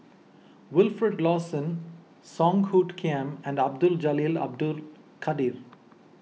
Wilfed Lawson Song Hoot Kiam and Abdul Jalil Abdul Kadir